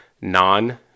non